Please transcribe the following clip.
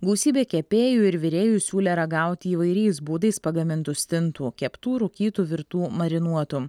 gausybė kepėjų ir virėjų siūlė ragauti įvairiais būdais pagamintų stintų keptų rūkytų virtų marinuotų